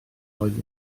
oedd